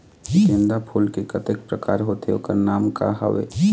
गेंदा फूल के कतेक प्रकार होथे ओकर नाम का हवे?